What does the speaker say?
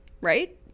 Right